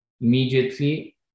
Immediately